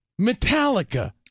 Metallica